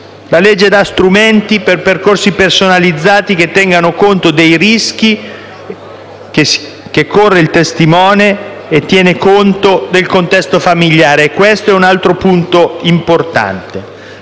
La legge dà strumenti per percorsi personalizzati, che tengano conto dei rischi che corre il testimone e tiene conto del contesto familiare. [**Presidenza del presidente